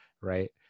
right